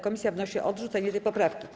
Komisja wnosi o odrzucenie tej poprawki.